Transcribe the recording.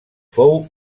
fou